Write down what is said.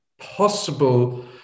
possible